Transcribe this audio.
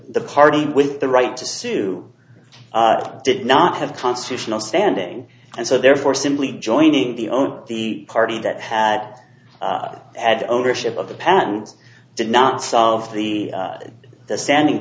the party with the right to sue did not have constitutional standing and so therefore simply joining the own the party that had had ownership of the pens did not solve the standing